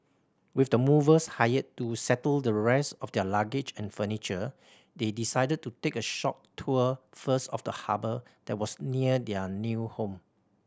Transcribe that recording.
with the movers hired to settle the rest of their luggage and furniture they decided to take a short tour first of the harbour that was near their new home